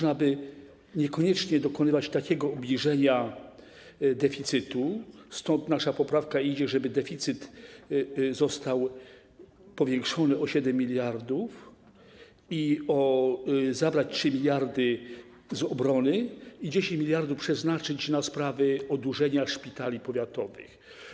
Niekoniecznie trzeba dokonywać takiego obniżenia deficytu, stąd nasza poprawka dotycząca tego, żeby deficyt został powiększony o 7 mld, żeby zabrać 3 mld z obrony i 10 mld przeznaczyć na sprawy oddłużenia szpitali powiatowych.